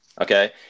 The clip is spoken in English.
Okay